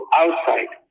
outside